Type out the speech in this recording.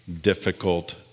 difficult